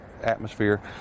atmosphere